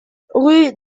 rue